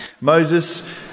Moses